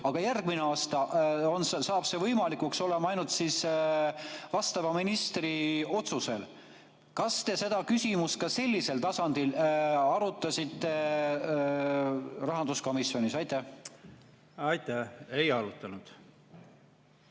aga järgmine aasta saab see võimalik olema ainult vastava ministri otsusel. Kas te seda küsimust ka sellisel tasandil arutasite rahanduskomisjonis? Aitäh, lugupeetud